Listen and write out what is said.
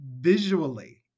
visually